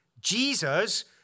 Jesus